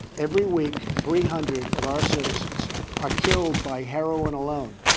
every week, three hundred of our citizens are killed by heroin alone,